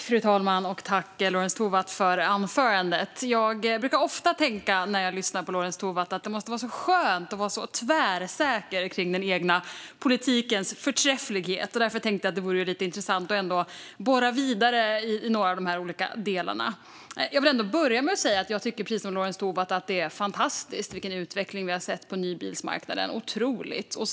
Fru talman! Tack, Lorentz Tovatt, för anförandet! När jag lyssnar på Lorentz Tovatt brukar jag ofta tänka att måste vara skönt att vara så tvärsäker på den egna politikens förträfflighet. Därför vore det lite intressant att borra vidare i några av de här delarna. Jag tycker precis som Lorentz Tovatt att den utveckling vi har sett på nybilsmarknaden är fantastisk. Det är otroligt.